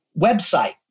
website